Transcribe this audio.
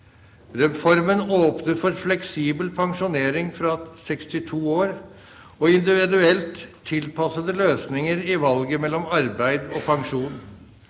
Reformen åpner for fleksibel pensjonering fra 62 år og individuelt tilpassede løsninger i valget mellom arbeid og pensjon.